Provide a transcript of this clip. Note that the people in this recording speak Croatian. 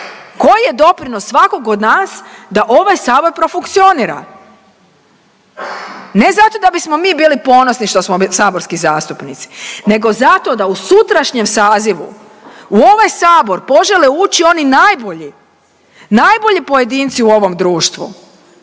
koji je doprinos svakog od nas da ovaj sabor profunkcionira, ne zato da bismo mi bili ponosni što smo saborski zastupnici nego zato da u sutrašnjem sazivu u ovaj sabor požele ući oni najbolji, najbolji pojedinci u ovom društvu